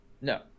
No